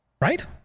Right